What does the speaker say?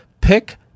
pick